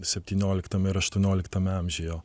septynioliktame ir aštuonioliktame amžiuje